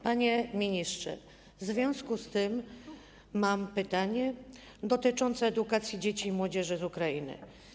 Panie ministrze, w związku z tym mam pytanie dotyczące edukacji dzieci i młodzieży z Ukrainy.